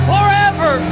Forever